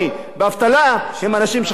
הם אנשים שחיים בלא כבוד.